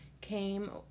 came